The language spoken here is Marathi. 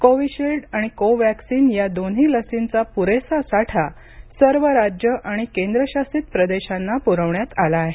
कोविशिल्ड आणि कोवॅक्सिन या दोन्ही लसींचा पुरेसा साठा सर्व राज्य आणि केंद्रशासित प्रदेशांना पुरवण्यात आला आहे